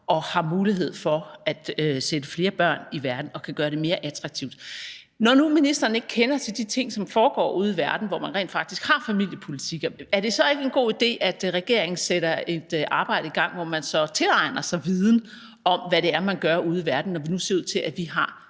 og har mulighed for at sætte flere børn i verden, og der kan gøre det mere attraktivt. Når nu ministeren ikke kender til de ting, som foregår ude i verden, hvor man rent faktisk har familiepolitikker, er det så ikke en god idé, at regeringen sætter et arbejde i gang, hvor man så tilegner sig viden om, hvad det er, man gør ude i verden, når det nu ser ud til, at vi har